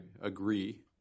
agree